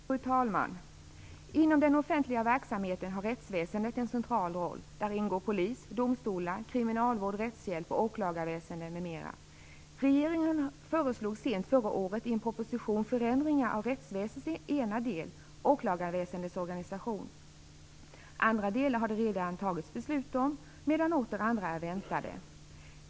Fru talman! Inom den offentliga verksamheten har rättsväsendet en central roll. Där ingår polis, domstolar, kriminalvård, rättshjälp, åklagarväsende m.m. Regeringen föreslog i en proposition sent förra året förändringar av en del av rättsväsendet, åklagarväsendets organisation. Andra delar har det redan fattats beslut om, medan andra väntar på det.